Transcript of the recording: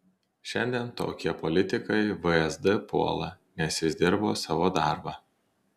šiandien tokie politikai vsd puola nes jis dirbo savo darbą